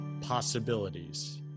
possibilities